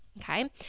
okay